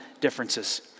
differences